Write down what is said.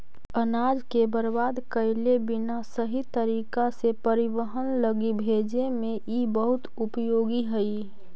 अनाज के बर्बाद कैले बिना सही तरीका से परिवहन लगी भेजे में इ बहुत उपयोगी हई